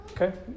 Okay